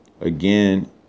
Again